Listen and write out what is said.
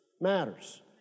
matters